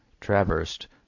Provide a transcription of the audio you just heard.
traversed